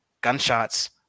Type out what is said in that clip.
gunshots